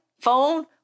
phone